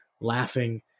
laughing